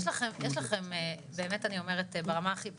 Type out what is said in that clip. יש לכם, באמת אני אומרת ברמה הכי פרקטית,